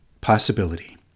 Possibility